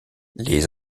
les